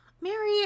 mary